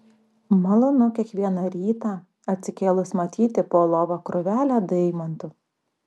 malonu kiekvieną rytą atsikėlus matyti po lova krūvelę deimantų